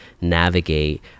navigate